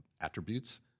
attributes